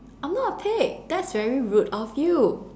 I'm not a pig that's very rude of you